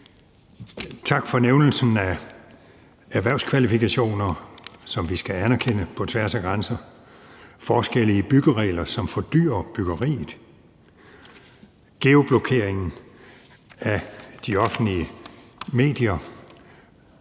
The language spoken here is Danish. Tak for nævnelsen af erhvervskvalifikationer, som vi skal anerkende på tværs af grænser, forskelle i byggeregler, som fordyrer byggeriet, geoblokering af de offentlige medier,